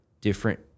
different